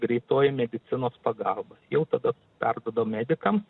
greitoji medicinos pagalba jau tada perduodam medikam